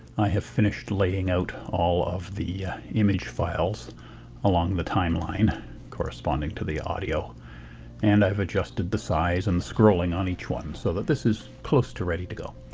i have finished laying out all of the image files along the timeline corresponding to the audio and i've adjusted the size and scrolling on each one so that this is close to ready to go.